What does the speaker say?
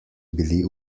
bili